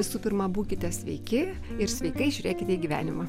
visų pirma būkite sveiki ir sveikai žiūrėkite į gyvenimą